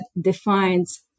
defines